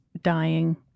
dying